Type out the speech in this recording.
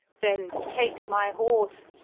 then take my horse,